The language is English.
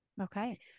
Okay